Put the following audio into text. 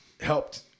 helped